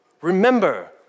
remember